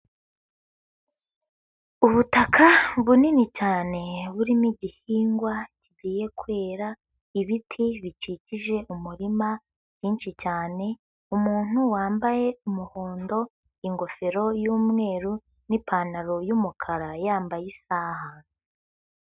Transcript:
Ubutaka bunini cyane burimo igihingwa kigiye kwera, ibiti bikikije umurima byinshi cyane, umuntu wambaye umuhondo, ingofero y'umweru n'ipantaro y'umukara, yambaye isaha.